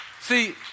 See